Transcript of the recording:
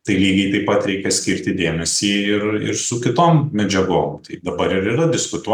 tai lygiai taip pat reikia skirti dėmesį ir ir su kitom medžiagom tai dabar ir yra diskutuojama